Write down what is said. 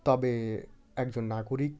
তবে একজন নাগরিক